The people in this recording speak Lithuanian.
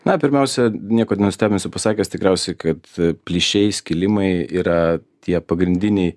na pirmiausia nieko nenustebinsiu pasakęs tikriausiai kad plyšiai skilimai yra tie pagrindiniai